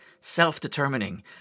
self-determining